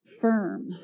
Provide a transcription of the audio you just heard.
firm